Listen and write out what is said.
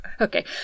okay